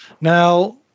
now